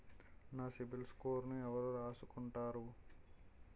నా సిబిల్ స్కోరును ఎవరు రాసుకుంటారు